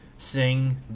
sing